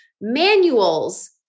manuals